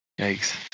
Yikes